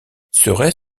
serait